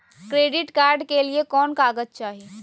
Credit card के लिए कौन कागज चाही?